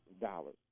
dollars